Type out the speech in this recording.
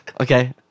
Okay